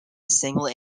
single